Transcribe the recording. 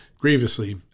grievously